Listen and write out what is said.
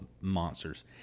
monsters